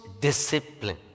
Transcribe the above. discipline